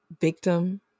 victim